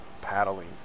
paddling